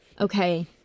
Okay